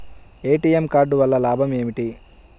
ATM card వల్ల లాభం ఏమిటి?